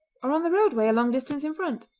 or on the roadway a long distance in front.